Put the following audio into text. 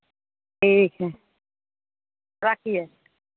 ठीक है राखिए